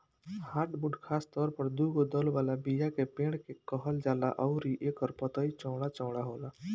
hardwood खासतौर पर दुगो दल वाला बीया के पेड़ के कहल जाला अउरी एकर पतई चौड़ा चौड़ा होला